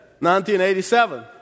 1987